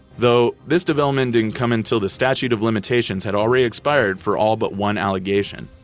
though, this development didn't come until the statute of limitations had already expired for all but one allegation,